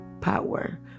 power